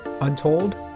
untold